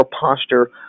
posture